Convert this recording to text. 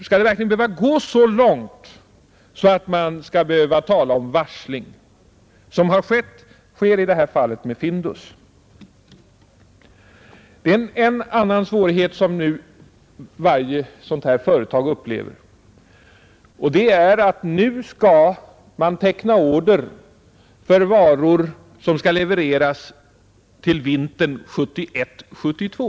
Skall det verkligen behöva gå så långt att man nödgas tala om varsel, vilket nu sker i fallet Findus? En annan svårighet som varje sådant här företag upplever är att de nu måste teckna order för varor som skall levereras till vintern 1971—1972.